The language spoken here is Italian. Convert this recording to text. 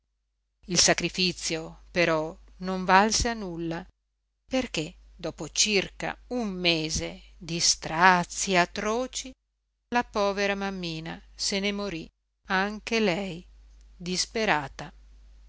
il sacrifizio però non valse a nulla perché dopo circa un mese di strazii atroci la povera mammina se ne morí anche lei disperata